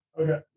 Okay